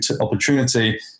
opportunity